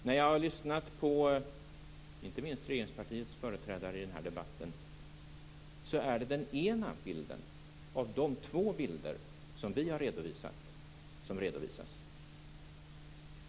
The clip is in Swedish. När jag lyssnade, inte minst på regeringspartiets företrädare i den här debatten, hörde jag att det var den ena bilden av de två bilder som vi har redovisat som presenterades.